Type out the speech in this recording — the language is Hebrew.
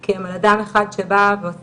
כי הם על אדם אחד שבא ועושה,